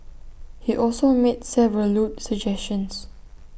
he also made several lewd suggestions